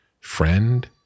friend